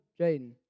Jaden